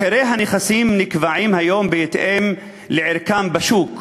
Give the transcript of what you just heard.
מחירי הנכסים נקבעים היום בהתאם לערכם בשוק,